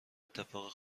اتفاقای